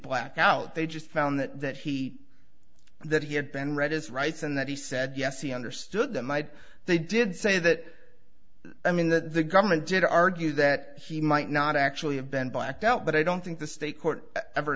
blackout they just found that that he that he had been read his rights and that he said yes he understood that night they did say that i mean that the government did argue that he might not actually have been blacked out but i don't think the state court ever